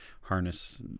harness